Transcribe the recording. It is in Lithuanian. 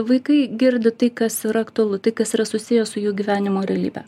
vaikai girdi tai kas yra aktualu tai kas yra susiję su jų gyvenimo realybe